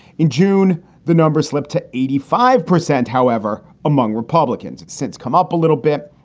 in june the numbers slipped to eighty five percent. however, among republicans since come up a little bit,